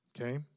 Okay